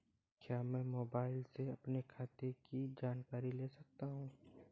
क्या मैं मोबाइल से अपने खाते की जानकारी ले सकता हूँ?